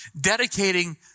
dedicating